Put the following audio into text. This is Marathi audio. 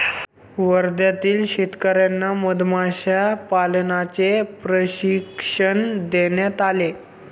वर्ध्यातील शेतकर्यांना मधमाशा पालनाचे प्रशिक्षण देण्यात आले